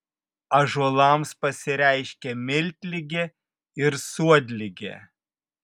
ąžuolams pasireiškia miltligė ir suodligė